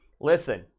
Listen